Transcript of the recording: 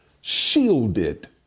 shielded